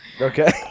Okay